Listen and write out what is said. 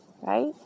right